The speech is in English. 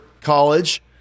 college